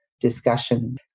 discussion